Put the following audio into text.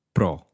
Pro